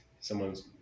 someone's